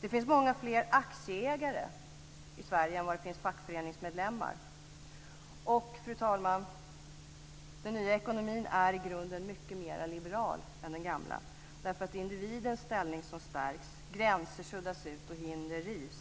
Det finns många fler aktieägare i Sverige än fackföreningsmedlemmar. Och, fru talman, den nya ekonomin är i grunden mycket mer liberal än den gamla, därför att där är det individens ställning som stärks, gränser suddas ut och hinder rivs.